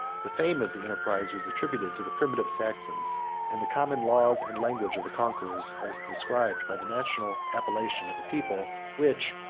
the fame of the enterprise was attributed to the primitive saxons and the common laws and language of the conquerors are described by the national appellation of a people, which,